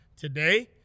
today